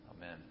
Amen